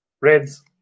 Reds